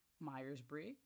Myers-Briggs